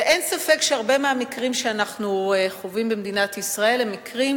אין ספק שהרבה מהמקרים שאנחנו חווים במדינת ישראל הם מקרים